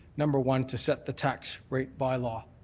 number one, to set the tax rate bylaw